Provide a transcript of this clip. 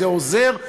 זה עוזר,